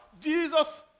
Jesus